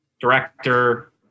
director